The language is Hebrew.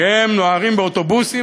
כי הם נוהרים באוטובוסים,